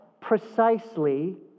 precisely